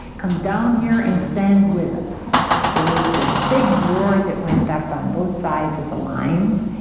come down here and stand with us there was a big roar that went up on both sides of the lines,